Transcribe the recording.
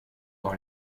dans